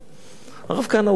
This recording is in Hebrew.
הרב כהנא הוא קצת שונה,